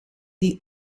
die